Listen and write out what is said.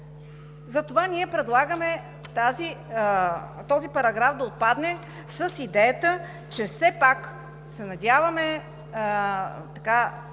Затова ние предлагаме този параграф да отпадне с идеята, че все пак се надяваме да